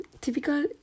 typical